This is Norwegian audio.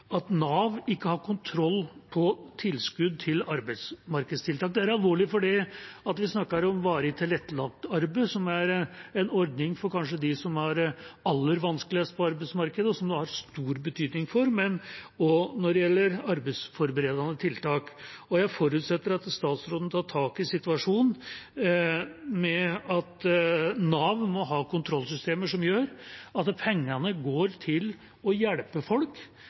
at Nav ikke har kontroll på tilskudd til arbeidsmarkedstiltak. Det er alvorlig fordi vi snakker om varig tilrettelagt arbeid, som er en ordning for dem som kanskje har det aller vanskeligst på arbeidsmarkedet, og som det har stor betydning for, men også når det gjelder arbeidsforberedende tiltak. Jeg forutsetter at statsråden tar tak i situasjonen med at Nav må ha kontrollsystemer som gjør at pengene går til å hjelpe folk,